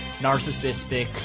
narcissistic